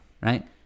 right